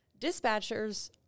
dispatchers